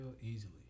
Easily